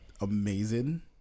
amazing